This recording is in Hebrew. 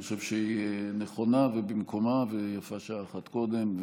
אני חושב שהיא נכונה ובמקומה, ויפה שעה אחת קודם.